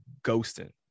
ghosting